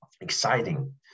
exciting